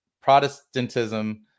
Protestantism